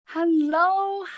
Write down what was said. hello